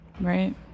Right